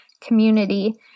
community